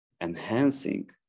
enhancing